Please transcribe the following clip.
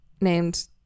named